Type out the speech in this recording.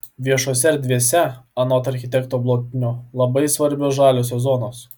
viešose erdvėse anot architekto blotnio labai svarbios žaliosios zonos